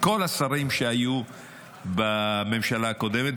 כל השרים שהיו בממשלה הקודמת.